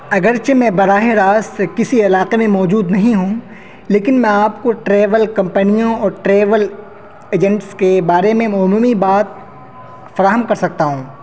اگرچہ میں براہِ راست کسی علاقے میں موجود نہیں ہوں لیکن میں آپ کو ٹریول کمپنیوں اور ٹریول ایجنٹس کے بارے میں میں عمومی بات فراہم کر سکتا ہوں